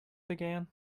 began